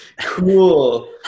cool